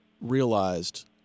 realized